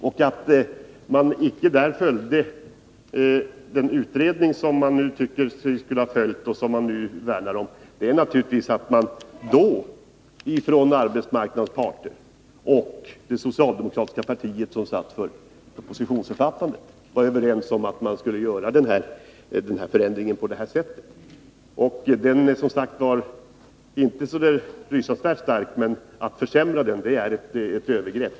Och att man icke följde den utredning som man nu tycker att vi skulle ha följt och som man nu värnar om — det beror naturligtvis på att arbetsmarknadens parter och det socialdemokratiska partiet, som då stod för propositionsförfattandet, var överens om att man skulle göra en förändring. Den är som sagt inte så rysansvärt stark, men att försämra den är ett övergrepp.